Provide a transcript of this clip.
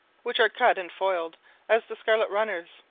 which are cut and boiled as the scarlet-runners,